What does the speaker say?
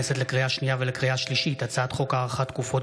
הצעת חוק הדגל,